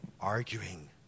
arguing